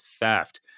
theft